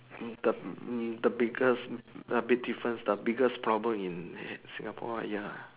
mm the mm the biggest big difference the biggest problem in Singapore uh ya lah